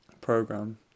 program